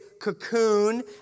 cocoon